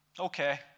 Okay